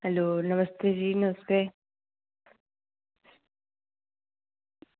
hello नमस्ते जी नमस्ते